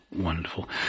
Wonderful